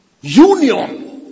union